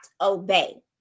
obey